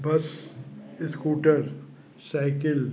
bus scooter cycle